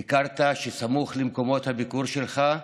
ביקרת, וסמוך למקומות הביקור שלך,